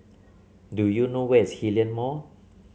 do you know where is Hillion Mall